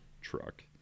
truck